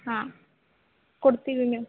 ಹಾಂ ಕೊಡ್ತಿವಿ ಮ್ಯಾಮ್